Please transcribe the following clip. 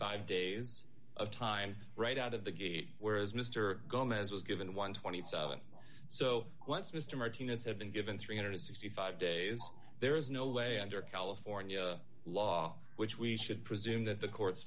five days of time right out of the gate whereas mr gomes was given twelve thousand and seven so once mr martinez had been given three hundred and sixty five days there is no way under california law which we should presume that the courts